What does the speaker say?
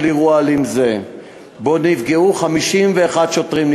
אירוע אלים זה שבו נפגעו 51 שוטרים,